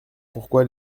pourquoi